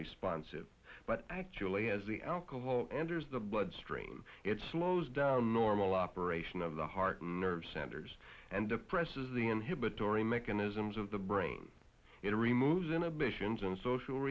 responsive but actually as the alcohol anders the bloodstream it slows down normal operation of the heart nerve centers and depresses the inhibitory mechanisms of the brain it removes inhibitions and social